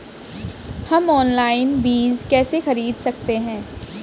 हम ऑनलाइन बीज कैसे खरीद सकते हैं?